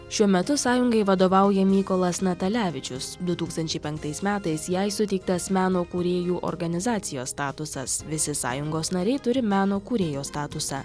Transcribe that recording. šiuo metu sąjungai vadovauja mykolas natalevičius du tūkstančiai penktais metais jai suteiktas meno kūrėjų organizacijos statusas visi sąjungos nariai turi meno kūrėjo statusą